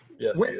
Yes